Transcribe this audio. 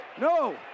No